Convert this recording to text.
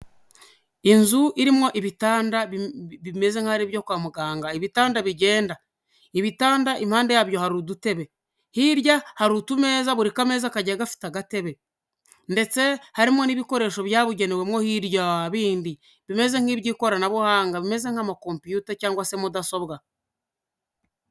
Inzu irimowo ibitanda bimeze nk'ibyo kwa muganga ibitanda bigenda ibitanda inhandade yabyo hari udutebe hirya hari udutebe, buri ka meza kagenda gafite agatebe ndetse harimo n'ibikoresho byabugenewemo hirya bindi bimeze nk'iby'ikoranabuhanga bimeze nk'amakompiyuta cyangwa se mudasobwa.